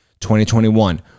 2021